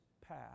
path